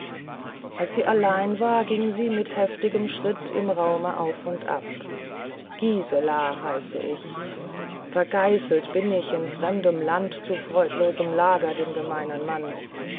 als sie allein war ging sie mit heftigem schritt im raume auf und ab gisela heiße ich vergeiselt bin ich in fremdem land zu freudlosem lager dem gemeinen mann